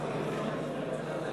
גברתי